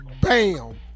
Bam